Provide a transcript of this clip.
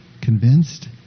convinced